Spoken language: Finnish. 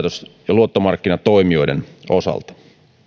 luottomarkkinatoimijoiden osalta